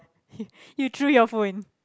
you you threw your phone